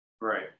right